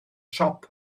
siop